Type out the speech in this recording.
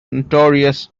notorious